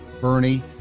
Bernie